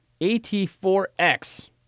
AT4X